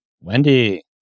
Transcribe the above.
Wendy